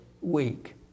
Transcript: week